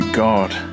god